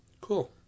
Cool